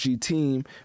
team